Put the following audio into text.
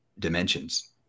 dimensions